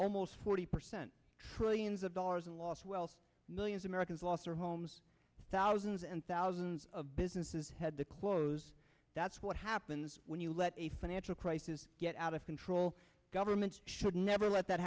almost forty percent trillions of dollars in lost wealth millions americans lost their homes thousands and thousands of businesses had to close that's what happens when you let a financial crisis get out of control governments should never let that